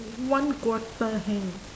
one quarter hang